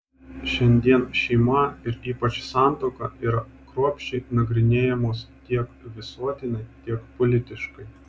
šiandien šeima ir ypač santuoka yra kruopščiai nagrinėjamos tiek visuotinai tiek politiškai